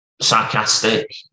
sarcastic